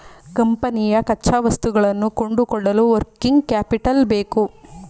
ಕಂಪನಿಯ ಕಚ್ಚಾವಸ್ತುಗಳನ್ನು ಕೊಂಡುಕೊಳ್ಳಲು ವರ್ಕಿಂಗ್ ಕ್ಯಾಪಿಟಲ್ ಬೇಕು